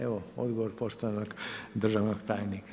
Evo, odgovor poštovanog državnog tajnika.